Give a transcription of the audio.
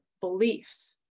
beliefs